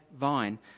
vine